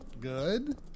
good